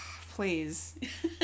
please